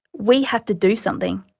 we have to do something.